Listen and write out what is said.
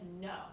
no